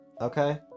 okay